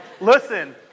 listen